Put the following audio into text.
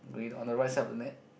green on the right side of the net